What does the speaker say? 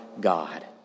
God